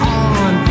on